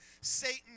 Satan